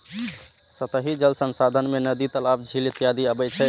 सतही जल संसाधन मे नदी, तालाब, झील इत्यादि अबै छै